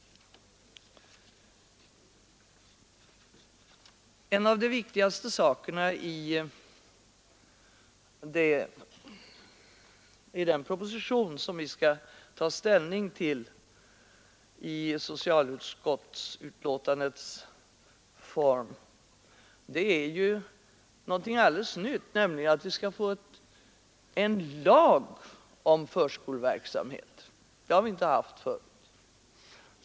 Bland det viktigaste i den proposition som vi skall ta ställning till är någonting alldeles nytt, nämligen att vi skall få en lag om förskoleverksamhet. Det har vi inte haft förut.